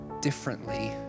differently